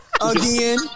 again